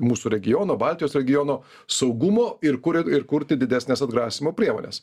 mūsų regiono baltijos regiono saugumo ir kuriant ir kurti didesnes atgrasymo priemones